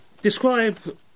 Describe